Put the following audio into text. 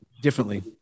differently